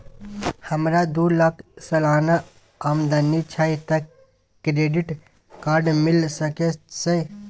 हमरा दू लाख सालाना आमदनी छै त क्रेडिट कार्ड मिल सके छै?